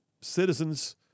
citizens